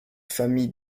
famille